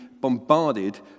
bombarded